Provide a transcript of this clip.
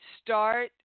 start